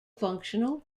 functional